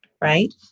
right